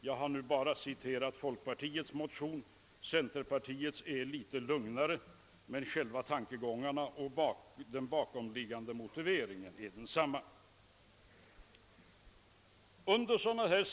Jag har här bara citerat folkpartimotionen; centerpartiets motion är litet lugnare. Men själva tankegången och den bakomliggande motiveringen är av samma slag där.